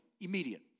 immediate